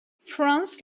france